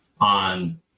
on